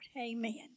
amen